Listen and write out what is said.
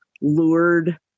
lured